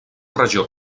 regió